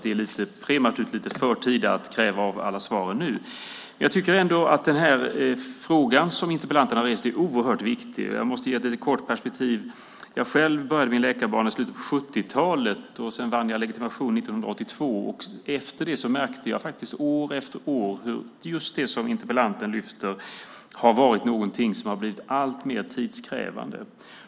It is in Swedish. Det är alltså lite förtida att kräva alla svar nu. Jag tycker att den fråga som interpellanten har rest är oerhört viktig. Jag vill ge lite perspektiv åt den. Jag började själv min läkarbana i slutet av 70-talet och vann legitimation 1982. Efter det märkte jag faktiskt år efter år hur just det som interpellanten lyfter fram har blivit alltmer tidskrävande.